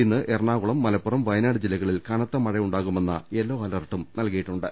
ഇന്ന് എറണാകുളം മലപ്പുറം വയ നാട് ജില്ലകളിൽ കനത്ത മഴ ഉണ്ടാകുമെന്ന യെല്ലോ അലേർട്ട് നൽകിയിട്ടുണ്ട്